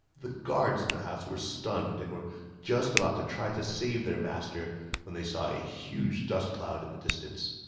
the guards in the house were stunned and were just about to try to save their master when they saw a huge dust cloud in the distance.